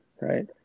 right